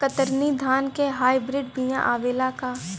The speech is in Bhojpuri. कतरनी धान क हाई ब्रीड बिया आवेला का?